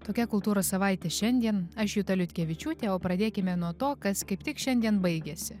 tokia kultūros savaitė šiandien aš juta liutkevičiūtė o pradėkime nuo to kas kaip tik šiandien baigėsi